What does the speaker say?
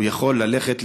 יכול היום ללכת,